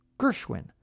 Gershwin